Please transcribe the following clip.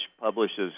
publishes